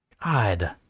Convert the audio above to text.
Odd